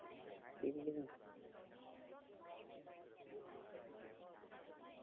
seat ᱵᱟᱹᱱᱩᱜᱼᱟ